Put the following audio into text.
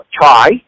try